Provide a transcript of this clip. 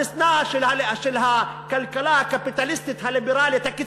המשנה של הכלכלה הקפיטליסטית, הליברלית, הקיצונית,